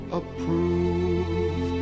approve